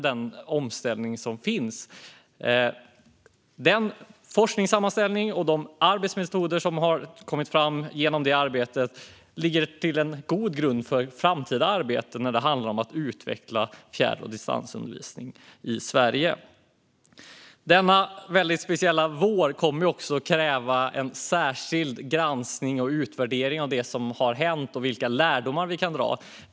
Den forskningssammanställning och de arbetsmetoder som har kommit fram i det arbetet lägger en god grund för ett framtida arbete när det handlar om att utveckla fjärr och distansundervisning i Sverige. Denna speciella vår kommer också att kräva en särskild granskning och utvärdering av det som har hänt och vilka lärdomar vi kan dra.